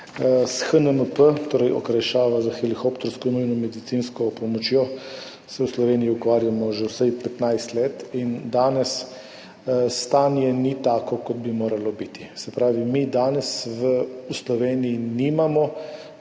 S HNMP, torej okrajšava za helikoptersko nujno medicinsko pomoč, se v Sloveniji ukvarjamo že vsaj 15 let in danes stanje ni tako, kot bi moralo biti. Se pravi, mi danes v Sloveniji nimamo